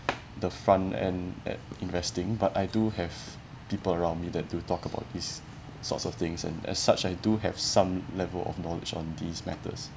the front end at investing but I do have people around me that do talk about these sorts of things and as such I do have some level of knowledge on these matters